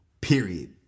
Period